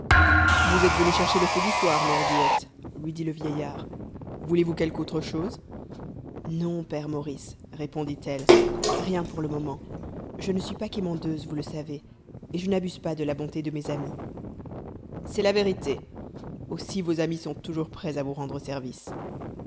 vous êtes venue chercher le feu du soir mère guillette lui dit le vieillard voulez-vous quelque autre chose non père maurice répondit-elle rien pour le moment je ne suis pas quémandeuse vous le savez et je n'abuse pas de la bonté de mes amis c'est la vérité aussi vos amis sont toujours prêts à vous rendre service